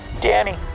Danny